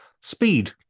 Speed